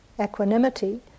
equanimity